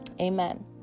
Amen